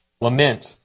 Lament